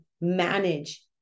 manage